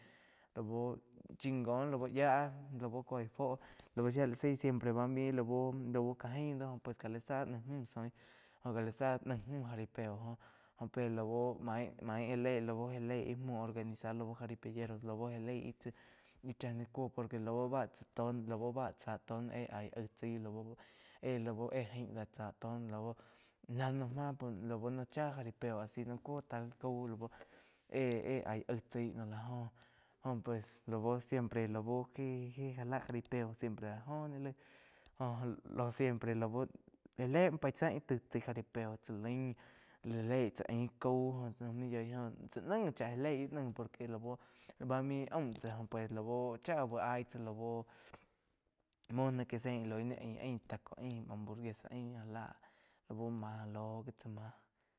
Lau chingon lau yáh lau kéi fúo lau shía la zaí siempre bá main laú ká jain do pues ká la zoin óh já la záh naih müh jaripeo óh pe lau mai já lei lau já lei muo organizar lau jaripeyeros lau já lei íh tzáh gi ku por que lau bá chá tó, lau bá cha tó noh éh aih aig tzaí lau éh-lau éh ain da chá to lau la lo máh lau lo chá jaripeo asi lo lóh cuó tal cau laú eh-eh aí aig tsaí la joh jo pues lau siempre lau ngi, ngi já la jaripeo siempre áh joh jo jai lo siempre lau já le muo pai zá íh taí chai jaripeo chá laim muo já leig chá ain cau muo yoí joh tsá naíh cha já leí ih naih por que la bu bá mai aum pues lau cha uh aíh tzá lau muo náh ké sein naí aí ain taco ain hamburguesa ain já lá lau má lo gi tsáh.